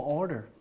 order